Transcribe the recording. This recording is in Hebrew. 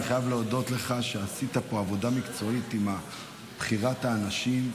אני חייב להודות לך על שעשית פה עבודה מקצועית עם בחירת האנשים,